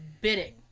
bidding